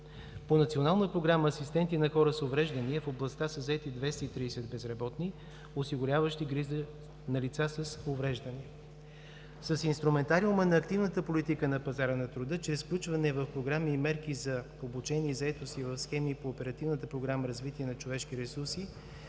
По Национална програма „Асистенти на хора с увреждания“ в областта са заети 230 безработни, осигуряващи грижи на лица с увреждания. С инструментариума на активната политика на пазара на труда чрез включване в програми и мерки за обучение и заетост и в схеми и по Оперативната програма „Развитие на човешки ресурси“